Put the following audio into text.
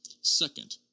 Second